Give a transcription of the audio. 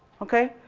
okay.